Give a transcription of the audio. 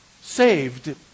saved